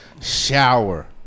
Shower